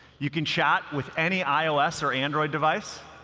you can chat with any ios or android device,